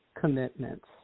commitments